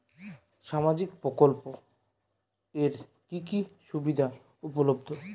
সামাজিক প্রকল্প এর কি কি সুবিধা উপলব্ধ?